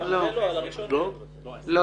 לא